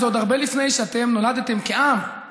זה עוד הרבה לפני שאתם נולדתם כעם,